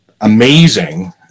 amazing